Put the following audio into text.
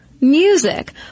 music